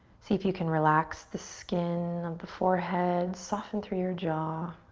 see if you can relax the skin of the forehead, soften through your jaw.